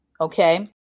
Okay